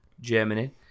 Germany